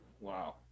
Wow